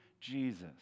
Jesus